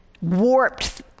warped